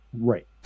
Right